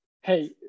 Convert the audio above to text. hey